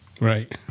Right